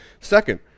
Second